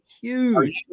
huge